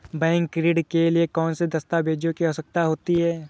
Bank ऋण के लिए कौन से दस्तावेजों की आवश्यकता है?